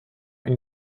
ein